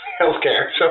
healthcare